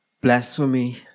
blasphemy